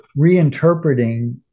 reinterpreting